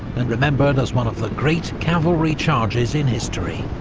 and remembered as one of the great cavalry charges in history.